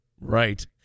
Right